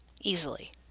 easily